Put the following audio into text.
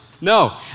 No